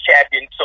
champion